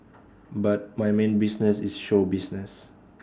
but my main business is show business